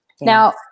Now